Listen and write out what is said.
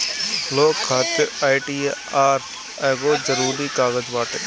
loan खातिर ITR एगो जरुरी कागज बाटे